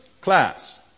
class